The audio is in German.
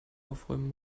aufräumen